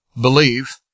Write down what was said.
believe